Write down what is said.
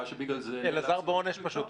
שבגלל זה אין --- אלעזר בעונש פשוט,